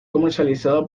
comercializado